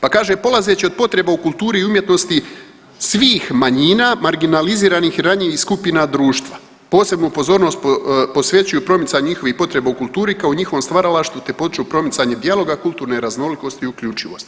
Pa kaže, polazeći od potreba u kulturi i umjetnosti svih manjina marginaliziranih i ranjivih skupina društva posebnu pozornost posvećuju promicanju njihovih potreba u kulturi kao njihovom stvaralaštvu, te potiču promicanje dijaloga, kulturne raznolikosti i uključivosti.